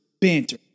Banter